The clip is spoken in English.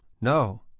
No